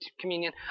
communion